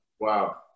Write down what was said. Wow